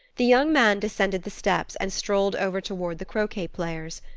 the young man descended the steps and strolled over toward the croquet players,